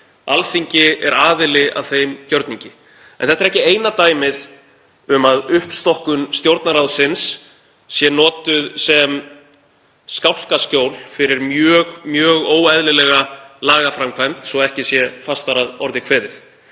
Alþingi er aðili að þeim gjörningi. En þetta er ekki eina dæmið um að uppstokkun Stjórnarráðsins sé notuð sem skálkaskjól fyrir mjög óeðlilega lagaframkvæmd, svo ekki sé fastar að orði kveðið.